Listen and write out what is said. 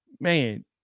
man